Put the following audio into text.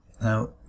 Now